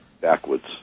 backwards